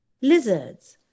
lizards